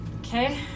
Okay